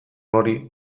hori